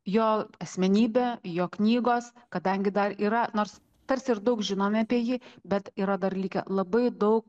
jo asmenybė jo knygos kadangi dar yra nors tarsi ir daug žinome apie jį bet yra dar likę labai daug